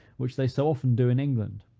which they so often do in england.